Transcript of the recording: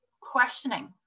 questioning